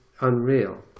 unreal